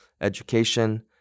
education